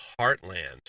heartland